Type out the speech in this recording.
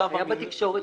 היו בתקשורת פרסומים.